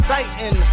Titan